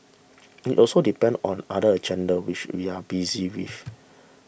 it also depends on other agenda which we are busy with